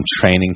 training